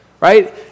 Right